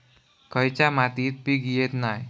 खयच्या मातीत पीक येत नाय?